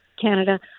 Canada